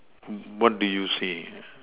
what do you say